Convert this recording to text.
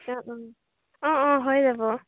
অ অ অ অ হৈ যাব